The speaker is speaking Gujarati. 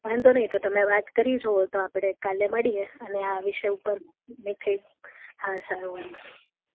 વાંધો નહીં તો તમે વાત કરી જોવો તો આપણે કાલે મળીએ અને આ વિષય ઉપરની કંઈક હા સારું વાંધો નહીં